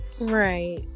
right